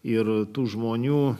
ir tų žmonių